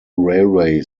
railway